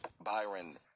Byron